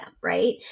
right